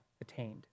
attained